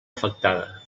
afectada